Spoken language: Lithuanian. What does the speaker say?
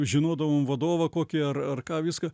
žinodavom vadovą kokį ar ar ką viską